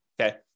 okay